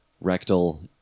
rectal